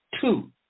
two